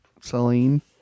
Celine